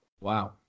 Wow